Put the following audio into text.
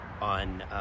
on